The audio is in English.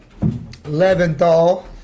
Leventhal